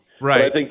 Right